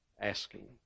asking